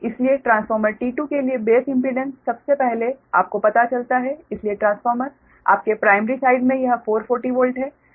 इसलिए transformer T2 के लिए बेस इम्पीडेंस सबसे पहले आपको पता चलता है इसलिए ट्रांसफार्मर आपके प्राइमरी साइड में यह 440 वोल्ट है